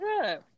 good